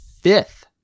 fifth